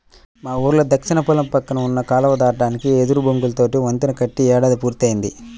మా ఊరిలో దక్షిణ పొలం పక్కన ఉన్న కాలువ దాటడానికి వెదురు బొంగులతో వంతెన కట్టి ఏడాది పూర్తయ్యింది